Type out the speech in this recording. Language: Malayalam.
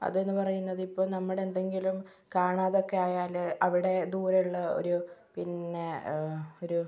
അത് എന്നു പറയുന്നത് ഇപ്പോൾ നമ്മുടെ എന്തെങ്കിലും കാണാതെയൊക്കെ ആയാൽ അവിടെ ദൂരെയുള്ള ഒരു പിന്നെ ഒരു